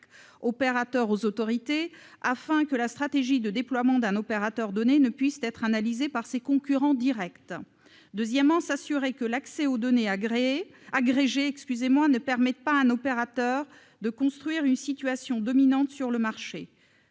opérateur aux autorités, afin que la stratégie de déploiement d'un opérateur donné ne puisse être analysée par ses concurrents directs, et, d'autre part, de s'assurer que l'accès aux données agrégées ne permet pas à un opérateur de construire une situation dominante sur le marché.